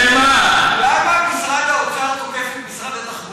למה משרד האוצר תוקף את משרד התחבורה?